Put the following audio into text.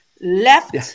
left